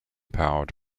powered